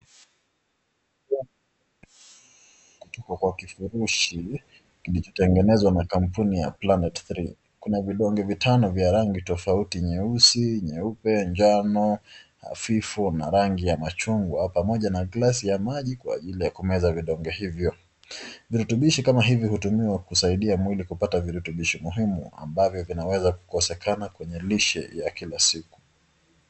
Kifurishi kilichotengenezwa na planet three Kuna vidongo vitatu ya rangi nyeusi, nyeupe, njano, hafifu na rangi ya machungwa pamoja na glasi ya maji kwa ajili ya kumeza vidonge hivyo virutubishi hivi kutumia kusaidia mwili kupata virutubishi muhimu ambavyo vinaweza kukosekana kwenye lishe ya kila siku.